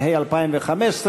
(תיקון מס' 81 והוראת שעה), התשע"ה 2015,